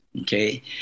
okay